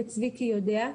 וצביקי יודע,